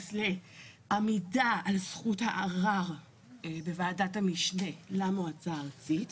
ביחס לעמידה על זכות הערר בוועדת המשנה למועצה הארצית,